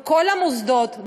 בכל המוסדות,